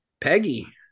Peggy